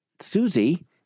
Susie